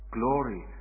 glory